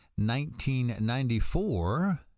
1994